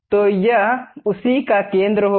तो यह उसी का केंद्र होगा